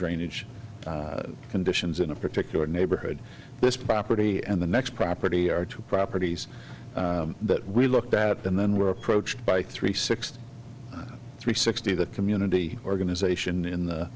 drainage conditions in a particular neighborhood this property and the next property are two properties that we looked at and then were approached by three sixty three sixty the community organization in the